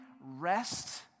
rest